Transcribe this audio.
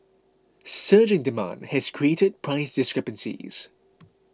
surging demand has created price discrepancies